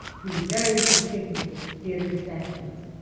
two very distinguished theatre professionals.